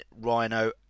Rhino